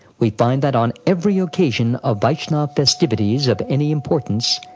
we find that on every occasion of vaishnava festivities of any importance,